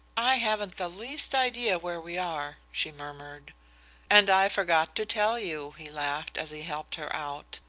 i haven't the least idea where we are, she murmured and i forgot to tell you, he laughed, as he helped her out.